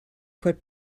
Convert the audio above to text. quit